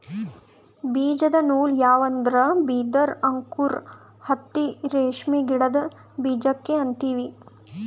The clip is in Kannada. ಬೀಜದ ನೂಲ್ ಯಾವ್ ಅಂದ್ರ ಬಿದಿರ್ ಅಂಕುರ್ ಹತ್ತಿ ರೇಷ್ಮಿ ಗಿಡದ್ ಬೀಜಕ್ಕೆ ಅಂತೀವಿ